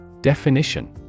Definition